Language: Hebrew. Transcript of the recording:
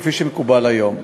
כפי שמקובל היום.